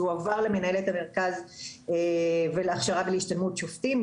זה הועבר למנהלת המרכז להכשרה ולהשתלמות שופטים,